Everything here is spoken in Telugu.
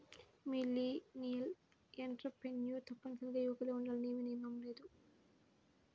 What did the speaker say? మిలీనియల్ ఎంటర్ప్రెన్యూర్లు తప్పనిసరిగా యువకులే ఉండాలని ఏమీ నియమం లేదు